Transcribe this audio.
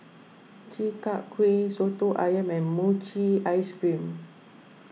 Chi Kak Kuih Soto Ayam and Mochi Ice Cream